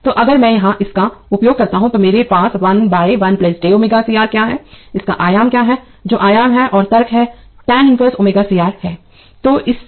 तो अगर मैं यहां इसका उपयोग करता हूं तो मेरे पास 1 by 1 j ω C R क्या है इसका आयाम क्या है जो आयाम है और तर्क है तन इनवर्स ω C Rहैं